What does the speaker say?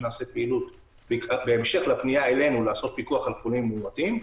שנעשה פעילות בהמשך לפנייה אלינו לעשות פיקוח על חולים מאומתים.